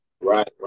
Right